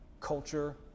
culture